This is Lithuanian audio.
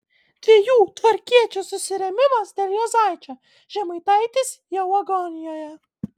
dviejų tvarkiečių susirėmimas dėl juozaičio žemaitaitis jau agonijoje